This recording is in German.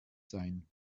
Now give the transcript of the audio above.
sein